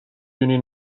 دونی